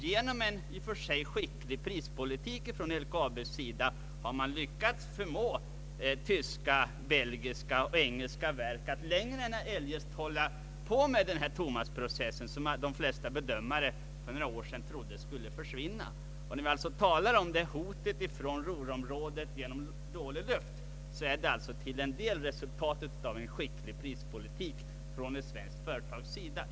Genom en i och för sig skicklig prispolitik från LKAB:s sida har man lyckats förmå tyska, belgiska och engelska järnverk att ännu fortsätta med denna miljövådliga Thomasprocess som de flesta bedömare för flera år sedan trodde skulle snabbt försvinna. Hotet från Ruhrområdet i form av luftföroreningar är alltså till en del resultatet av en skicklig prispolitik från ett svenskt företags sida.